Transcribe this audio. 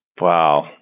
Wow